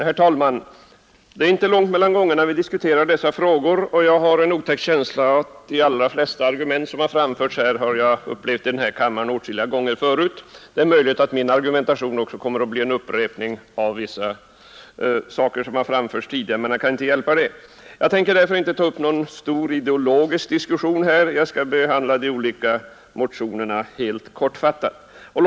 Herr talman! Det är inte långt mellan de tillfällen då vi diskuterar dessa frågor. Jag har en otäck känsla av att jag åtskilliga gånger förut i denna kammare hört de allra flesta argument som framförts här i dag. Det är möjligt att min egen argumentation också kommer att bli en uppräkning av vad som har anförts tidigare. Jag tänker därför inte ta upp någon stor ideologisk diskussion — jag skall bara kortfattat beröra de olika motionerna.